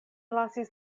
lasis